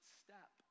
step